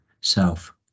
self